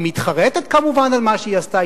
היא מתחרטת כמובן על מה שהיא עשתה,